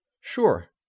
Sure